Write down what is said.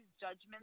judgments